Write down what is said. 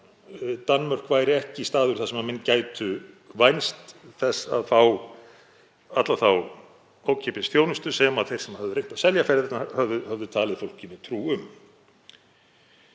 að Danmörk væri ekki staður þar sem menn gætu vænst þess að fá alla þá ókeypis þjónustu sem þeir sem höfðu reynt að selja ferðirnar höfðu talið fólki trú um.